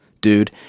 dude